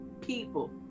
people